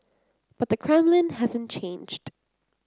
but the Kremlin hasn't changed